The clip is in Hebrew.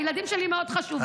הילדים שלי מאוד חשובים,